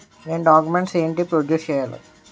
నేను డాక్యుమెంట్స్ ఏంటి ప్రొడ్యూస్ చెయ్యాలి?